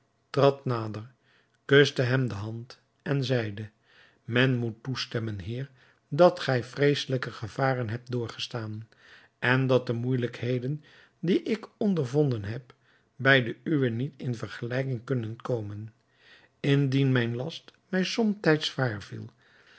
trad nader kuste hem de hand en zeide men moet toestemmen heer dat gij vreeselijke gevaren hebt doorgestaan en dat de moeijelijkheden die ik ondervonden heb bij de uwe niet in vergelijking kunnen komen indien mijn last mij